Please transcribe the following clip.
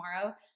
tomorrow